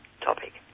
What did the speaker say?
topic